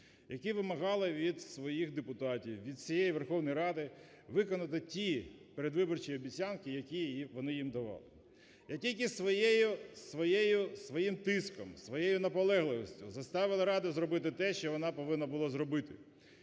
які вимагали від своїх депутатів, від всієї Верховної Ради виконати ті передвиборчі обіцянки, які вони їм давали, і тільки своєю… своєю… своїм тиском, своєю наполегливістю заставили Раду зробити те, що вона повинна була зробити: